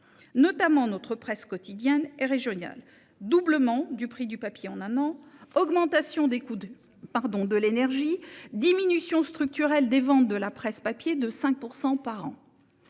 notamment notre presse quotidienne régionale : doublement du prix du papier en un an, augmentation des coûts de l'énergie et diminution structurelle des ventes de la presse papier de 5 % par an.